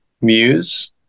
muse